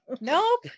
nope